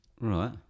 Right